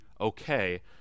okay